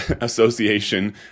association